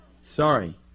Sorry